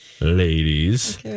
ladies